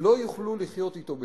לא יוכלו לחיות אתו בשלום.